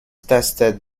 tested